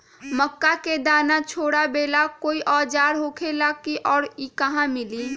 मक्का के दाना छोराबेला कोई औजार होखेला का और इ कहा मिली?